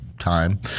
Time